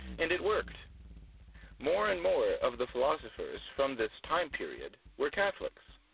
and it worked more and more of the philosophers from this time period were catholics,